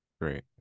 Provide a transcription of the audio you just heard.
Great